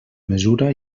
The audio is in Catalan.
mesura